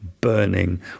burning